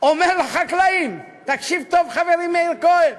אומר לחקלאים, תקשיב טוב, חברי מאיר כהן,